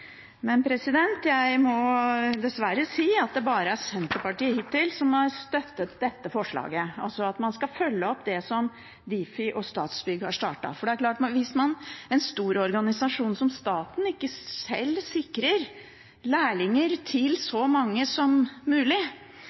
Senterpartiet som har støttet dette forslaget – at man skal følge opp det som Difi og Statsbygg har startet. Hvis en stor organisasjon som staten ikke sjøl sikrer lærlinger til så mange som mulig,